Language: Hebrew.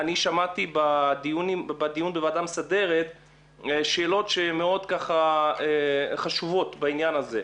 אני שמעתי בדיון בוועדה המסדרת שאלות שמאוד חשובות בעניין הזה.